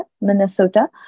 Minnesota